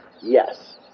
Yes